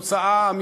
בבקשה, שלוש דקות.